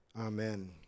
Amen